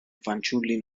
fanciulli